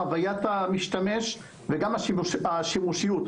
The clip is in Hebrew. חוויית המשתמש וגם השימושיות,